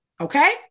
Okay